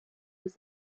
was